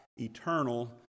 eternal